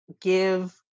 give